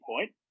point